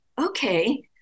okay